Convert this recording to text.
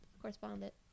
correspondent